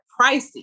pricey